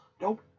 Nope